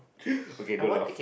okay don't laugh